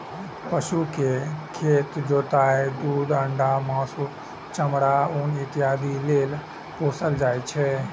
पशु कें खेत जोतय, दूध, अंडा, मासु, चमड़ा, ऊन इत्यादि लेल पोसल जाइ छै